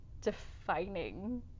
defining